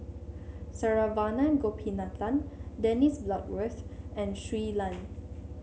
Saravanan Gopinathan Dennis Bloodworth and Shui Lan